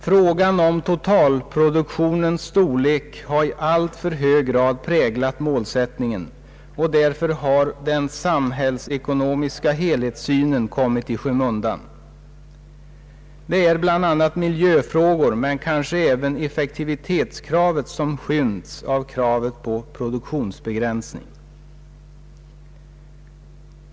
Frågan om totalproduktionens storlek har i alltför hög grad präglat målsättningen, och därför har den samhällsekonomiska helhetssynen kommit i skymundan. Det gäller bland annat miljöfrågor men kanske även effektivitetskravet som skymts av kravet på produktionsbegränsning.